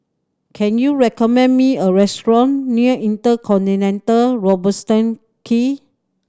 can you recommend me a restaurant near InterContinental Robertson Quay